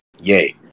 Yay